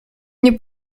nie